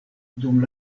dum